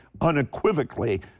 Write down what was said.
unequivocally